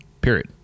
period